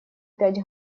пять